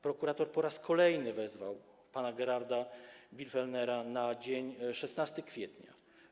Prokurator po raz kolejny wezwał pana Geralda Birgfellnera na dzień 16 kwietnia.